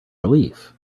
relief